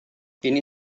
ini